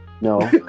No